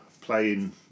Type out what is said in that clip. playing